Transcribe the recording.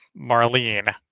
Marlene